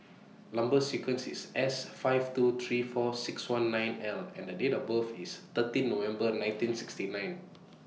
Number sequence IS S five two three four six one nine L and The Date of birth IS thirteen November nineteen sixty nine